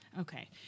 Okay